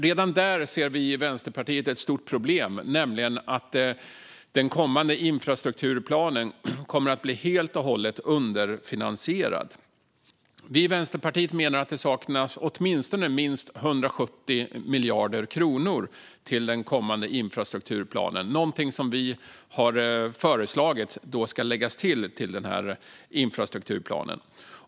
Redan där ser vi i Vänsterpartiet ett stort problem, nämligen att den kommande infrastrukturplanen kommer att bli helt och hållet underfinansierad. Vi i Vänsterpartiet menar att det saknas minst 170 miljarder kronor till den kommande infrastrukturplanen, någonting som vi har föreslagit ska läggas till denna infrastrukturplan.